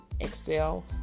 Excel